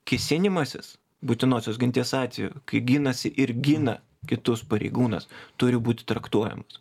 kėsinimasis būtinosios ginties atveju kai ginasi ir gina kitus pareigūnas turi būti traktuojamas